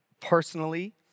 personally